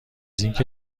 اینکه